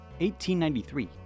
1893